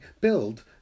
build